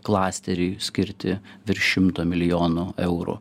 klasteriui skirti virš šimto milijonų eurų